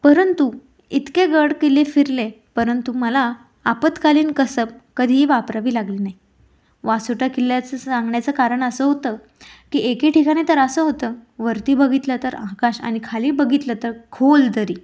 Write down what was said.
परंतु इतके गडकिल्ले फिरले परंतु मला आपत्कालीन कसब कधीही वापरावी लागली नाही वासोटा किल्ल्याचं सांगण्याचं कारण असं होतं की एक ठिकाणी तर असं होतं वरती बघितलं तर आकाश आणि खाली बघितलं तर खोल दरी